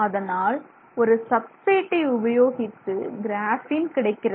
அதனால் ஒரு சப்ஸ்டிரேட்டை உபயோகித்து கிராஃபீன் கிடைக்கிறது